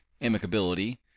amicability